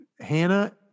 hannah